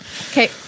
Okay